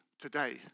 Today